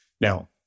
Now